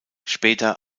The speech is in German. später